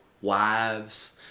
wives